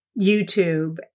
YouTube